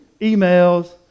emails